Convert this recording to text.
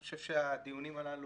אני חושב שהדיונים הללו,